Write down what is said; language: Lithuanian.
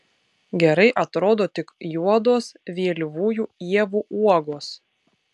gerai atrodo tik juodos vėlyvųjų ievų uogos